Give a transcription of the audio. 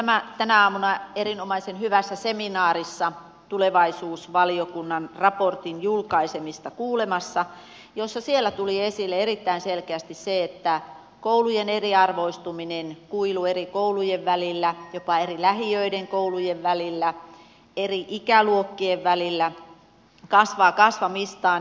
olimme tänä aamuna erinomaisen hyvässä seminaarissa tulevaisuusvaliokunnan raportin julkaisemista kuulemassa ja siellä tuli esille erittäin selkeästi se että koulujen eriarvoistuminen kuilu eri koulujen välillä jopa eri lähiöiden koulujen välillä eri ikäluokkien välillä kasvaa kasvamistaan